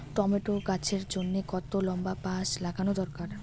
Tomato গাছের জন্যে কতটা লম্বা বাস লাগানো দরকার?